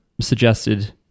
suggested